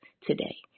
today